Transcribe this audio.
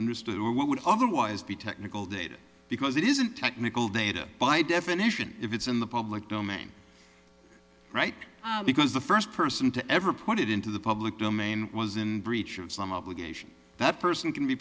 and restore what would otherwise be technical data because it isn't technical data by definition if it's in the public domain right because the first person to ever put it into the public domain was in breach of some obligation that person can be